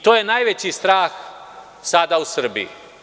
To je najveći strah sada u Srbiji.